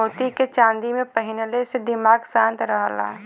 मोती के चांदी में पहिनले से दिमाग शांत रहला